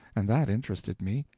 and that interested me,